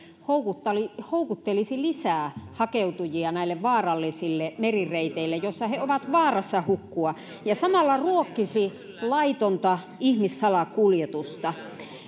houkuttelisi lisää hakeutujia näille vaarallisille merireiteille joissa he ovat vaarassa hukkua ja samalla ruokkisi laitonta ihmissalakuljetusta